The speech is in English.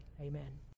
Amen